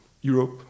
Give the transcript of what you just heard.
Europe